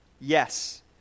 Yes